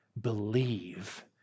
Believe